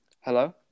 Hello